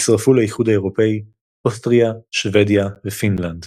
והצטרפו לאיחוד האירופי אוסטריה, שוודיה ופינלנד.